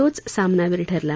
तोच सामनावीर ठरला